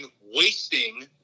wasting